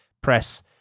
press